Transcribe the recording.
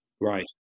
Right